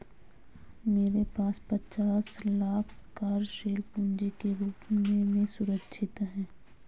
मेरे पास पचास लाख कार्यशील पूँजी के रूप में सुरक्षित हैं